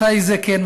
מתי זה כן?